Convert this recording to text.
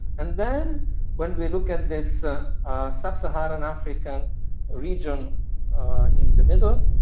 and then when we look at this sub-saharan africa region in the middle,